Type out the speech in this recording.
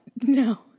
No